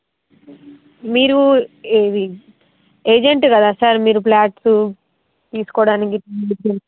మీరు ఇవి ఏజెంట్ కదా సార్ మీరు ప్లాట్స్ తీసుకోడానికి